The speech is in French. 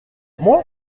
moi